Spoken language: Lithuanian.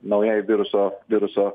naujai viruso viruso